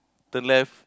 turn left